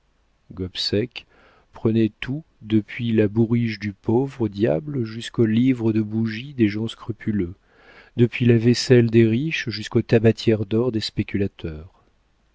prenait tout depuis la bourriche du pauvre diable jusqu'aux livres de bougie des gens scrupuleux depuis la vaisselle des riches jusqu'aux tabatières d'or des spéculateurs